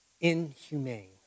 inhumane